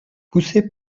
poussé